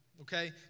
Okay